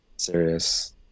serious